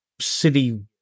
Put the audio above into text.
city